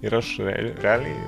ir aš realiai